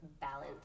balance